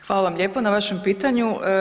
Hvala vam lijepo na vašem pitanju.